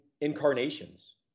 incarnations